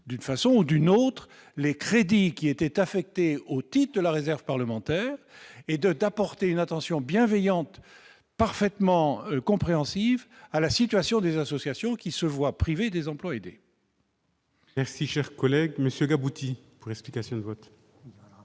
d'une façon ou d'une autre les crédits qui étaient affectés au type de la réserve parlementaire et d'autres apporter une attention bienveillante parfaitement compréhensif à la situation des associations qui se voient privés des emplois aidés. Merci, cher collègue Monsieur qui aboutit presque vote.